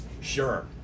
Sure